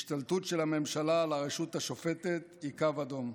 השתלטות של הממשלה על הרשות השופטת היא קו אדום.